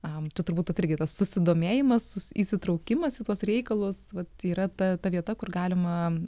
am čia turbūt tas irgi susidomėjimas įsitraukimas į tuos reikalus vat yra ta ta vieta kur galima